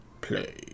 play